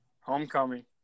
Homecoming